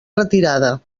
retirada